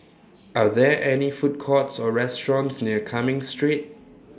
Are There any Food Courts Or restaurants near Cumming Street